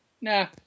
Nah